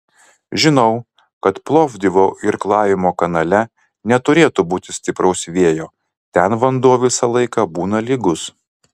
žinau kad plovdivo irklavimo kanale neturėtų būti stipraus vėjo ten vanduo visą laiką būna lygus